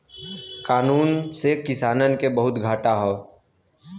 कानून से किसानन के बहुते घाटा हौ